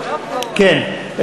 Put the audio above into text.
כן.